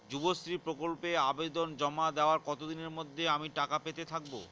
যুবশ্রী প্রকল্পে আবেদন জমা দেওয়ার কতদিনের মধ্যে আমি টাকা পেতে থাকব?